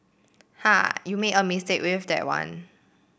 ha you made a mistake with that one